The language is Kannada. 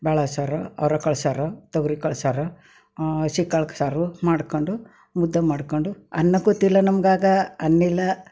ಬೇಳೆ ಸಾರು ಅವರೇಕಾಳು ಸಾರು ತೊಗ್ರಿಕಾಳು ಸಾರು ಹಸಿಕಾಳು ಸಾರು ಮಾಡ್ಕೊಂಡು ಮುದ್ದೆ ಮಾಡ್ಕೊಂಡು ಅನ್ನ ಗೊತ್ತಿಲ್ಲ ನಮ್ಗೆ ಆಗ ಅನ್ನು ಇಲ್ಲ